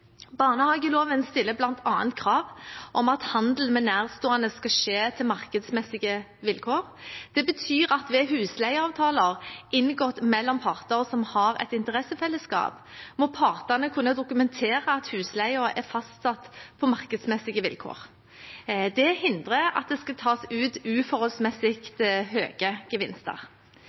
Barnehageloven stiller bl.a. krav om at handel med nærstående skal skje til markedsmessige vilkår. Det betyr at ved husleieavtaler inngått mellom parter som har et interessefellesskap, må partene kunne dokumentere at husleien er fastsatt på markedsmessige vilkår. Det hindrer at det skal tas ut uforholdsmessig høye gevinster.